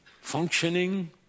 functioning